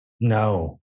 No